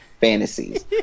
fantasies